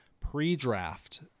pre-draft